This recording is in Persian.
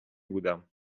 بودم